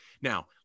Now